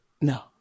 no